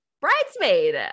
bridesmaid